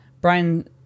Brian